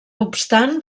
obstant